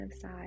side